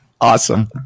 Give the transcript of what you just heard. Awesome